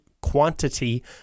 quantity